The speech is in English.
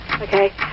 Okay